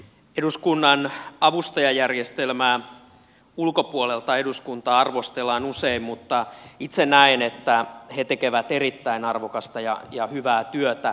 eduskunnan avustajajärjestelmää ulkopuolelta eduskuntaa arvostellaan usein mutta itse näen että he tekevät erittäin arvokasta ja hyvää työtä